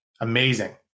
Amazing